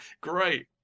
great